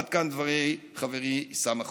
עד כאן דברי חברי עיסאם מח'ול.